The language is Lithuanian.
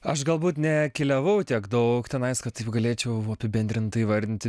aš galbūt nekeliavau tiek daug tenais galėčiau apibendrintai įvardinti